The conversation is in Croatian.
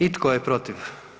I tko je protiv?